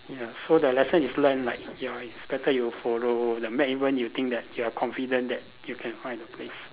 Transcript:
ya so the lesson is learnt like your it's better you follow the map even that you think you are confident that you can find the place